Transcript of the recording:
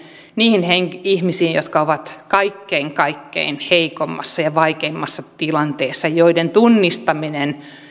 niihin ihmisiin jotka ovat kaikkein kaikkein heikoimmassa ja vaikeimmassa tilanteessa joiden tunnistaminen